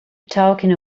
talking